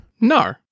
No